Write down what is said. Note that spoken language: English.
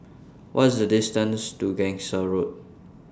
What IS The distances to Gangsa Road